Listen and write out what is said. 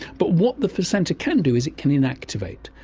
but what the placenta can do is it can activate,